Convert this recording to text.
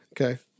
Okay